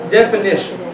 definition